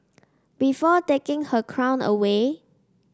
before taking her crown away